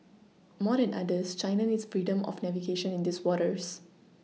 more than others China needs freedom of navigation in these waters